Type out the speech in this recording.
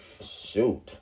shoot